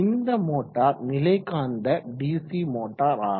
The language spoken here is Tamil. இந்த மோட்டார் நிலைக் காந்த டிசி மோட்டார் ஆகும்